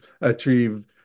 achieve